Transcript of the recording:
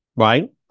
right